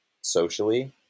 socially